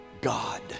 God